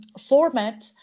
format